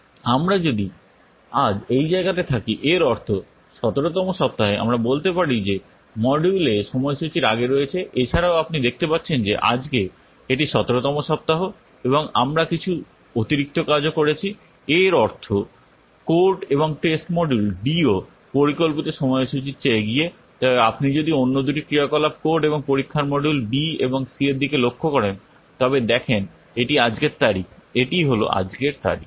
আমরা যদি আজ এই জায়গাতে থাকি এর অর্থ 17 তম সপ্তাহে আমরা বলতে পারি যে মডিউল A সময়সূচীর আগে রয়েছে এছাড়াও আপনি দেখতে পাচ্ছেন যে আজকে এটি 17 তম সপ্তাহ এবং আমরা কিছু অতিরিক্ত কাজও করেছি এর অর্থ কোড এবং টেস্ট মডিউল Dও পরিকল্পিত সময়সূচীর চেয়ে এগিয়ে তবে আপনি যদি অন্য দুটি ক্রিয়াকলাপ কোড এবং পরীক্ষার মডিউল B এবং C এর দিকে লক্ষ্য করেন তবে দেখেন এটি আজকের তারিখ এটি হল আজকের তারিখ